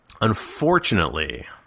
Unfortunately